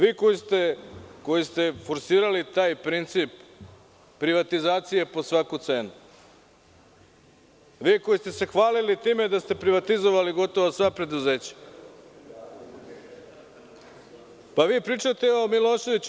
Vi koji ste forsirali taj princip privatizacije po svaku cenu, vi koji ste se hvalili time da ste privatizovali skoro sva preduzeća, vi pričate o Miloševiću.